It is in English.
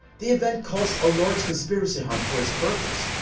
the event causing a large conspiracy hunt for its purpose.